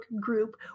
group